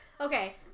Okay